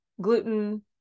gluten